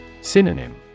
Synonym